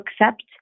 accept